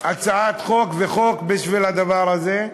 הצעת חוק וחוק בשביל הדבר הזה,